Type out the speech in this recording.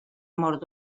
mort